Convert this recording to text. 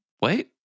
wait